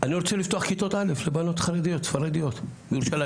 אני רוצה לפתוח כיתות א' לבנות חרדיות ספרדיות בירושלים,